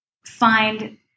find